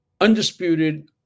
undisputed